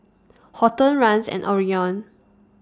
Horton Rance and Orion